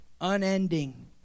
unending